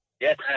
Yes